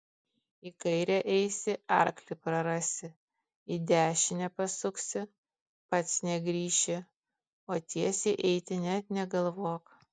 į kairę eisi arklį prarasi į dešinę pasuksi pats negrįši o tiesiai eiti net negalvok